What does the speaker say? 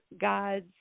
god's